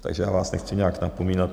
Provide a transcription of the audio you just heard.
Takže já vás nechci nijak napomínat.